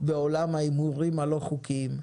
בעולם ההימורים הלא חוקיים.